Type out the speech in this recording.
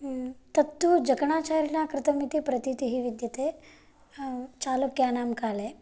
तत्तु जकणाचारिणा कृतम् इति प्रतीतिः विद्यते चालुक्यानां काले